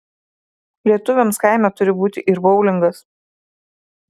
lietuviams kaime turi būti ir boulingas